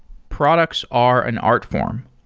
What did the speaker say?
products are an art form.